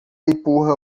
empurra